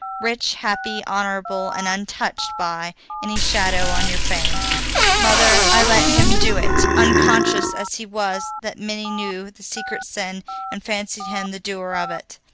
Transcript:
rich, happy, honorable, and untouched by any shadow on your fame mother, i let him do it, unconscious as he was that many knew the secret sin and fancied him the doer of it.